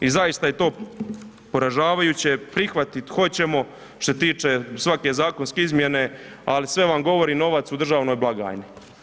I zaista je to poražavajuće, prihvatit hoćemo što se tiče svake zakonske izmjene, ali sve vam govori novac u državnoj blagajni.